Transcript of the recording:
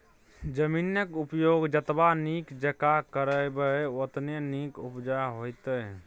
जमीनक उपयोग जतबा नीक जेंका करबै ओतने नीक उपजा होएत